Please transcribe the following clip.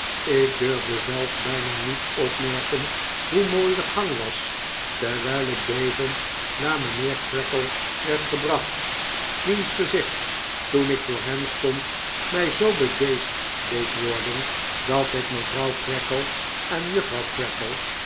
ik durfde zelfs bijna niet opmerken hoe mooi de gang was terwijl ik bevend naar mijnheer creakle werd gebracht wiens gezicht toen ik voor hem stond mij zoo bedeesd deed worden dat ik mevrouw creakle en juffrouw